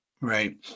right